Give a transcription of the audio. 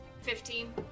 Fifteen